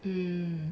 hmm